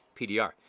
PDR